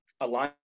align